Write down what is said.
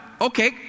okay